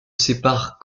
séparent